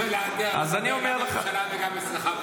להגיע לדבר גם בממשלה וגם אצלך בוועדה.